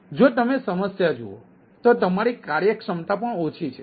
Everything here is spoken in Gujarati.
જો તમે સમસ્યા જુઓ તો તમારી કાર્યક્ષમતા પણ ઓછી છે